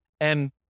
And-